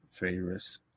favorites